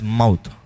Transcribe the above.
mouth